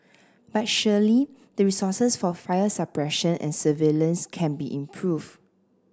but surely the resources for fire suppression and surveillance can be improved